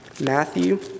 Matthew